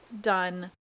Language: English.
done